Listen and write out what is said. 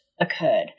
occurred